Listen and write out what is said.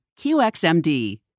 QXMD